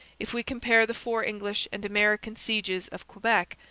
if we compare the four english and american sieges of quebec,